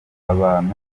abantu